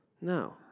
no